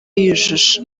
yujuje